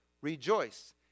Rejoice